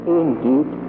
indeed